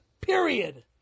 period